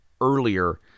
earlier